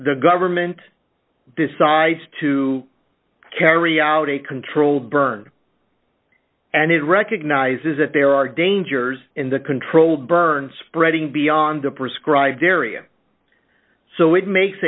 the government decides to carry out a controlled burn and it recognizes that there are dangers in the controlled burn spreading beyond the prescribed area so it makes